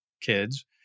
kids